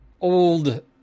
old